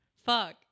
fuck